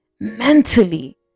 mentally